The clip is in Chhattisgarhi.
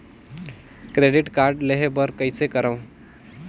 क्रेडिट कारड लेहे बर कइसे करव?